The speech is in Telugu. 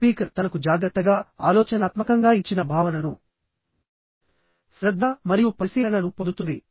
స్పీకర్ తనకు జాగ్రత్తగా ఆలోచనాత్మకంగా ఇచ్చిన భావనను శ్రద్ధ మరియు పరిశీలన ను పొందుతుంది